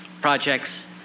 projects